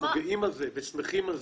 אנחנו גאים על זה ושמחים על זה.